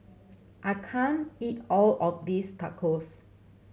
I can't eat all of this Tacos